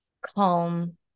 calm